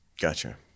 Gotcha